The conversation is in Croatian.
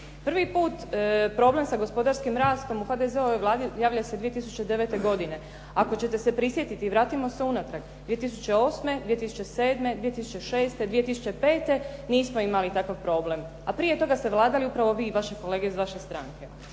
Prvi put problem sa gospodarskim rastom u HDZ-ovoj Vladi javlja se 2009. godine. ako ćete se prisjetiti, vratimo se unatrag, 2008., 2007., 2006., 2005. nismo imali takav problem, a prije toga ste vladali upravo vi i vaše kolege iz vaše stranke.